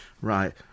right